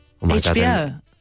HBO